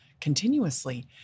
continuously